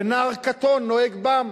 ונער קטון נוהג בם.